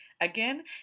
Again